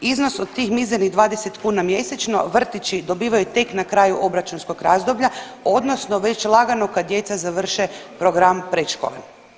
Iznos od tih mizernih 20 kuna mjesečno, vrtići dobivaju tek na kraju obračunskog razdoblja odnosno već lagano kad djeca završe program predškole.